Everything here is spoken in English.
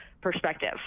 perspective